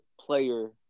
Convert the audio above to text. player